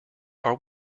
are